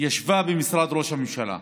ישבה במשרד ראש הממשלה,